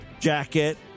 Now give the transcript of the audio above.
jacket